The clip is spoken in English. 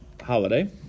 holiday